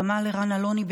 סמל ערן אלוני,